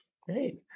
Great